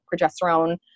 progesterone